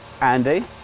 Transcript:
Andy